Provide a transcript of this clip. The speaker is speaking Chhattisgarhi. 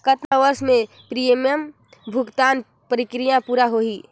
कतना वर्ष मे प्रीमियम भुगतान प्रक्रिया पूरा होही?